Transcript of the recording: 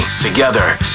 Together